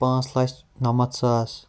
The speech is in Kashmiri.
پانٛژھ لچھ نَمَتھ ساس